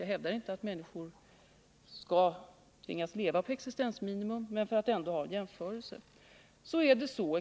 Jag hävdar inte att människor skall tvingas leva på existensminimum, men jag tar detta som utgångspunkt för jämförelsen.